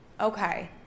okay